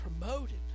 promoted